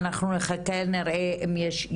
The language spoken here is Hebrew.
אנחנו נחכה ונראה אם יש,